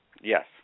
Yes